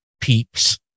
peeps